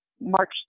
March